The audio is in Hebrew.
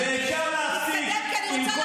ואפשר להפסיק -- תתקדם,